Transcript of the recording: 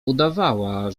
udawała